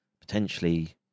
potentially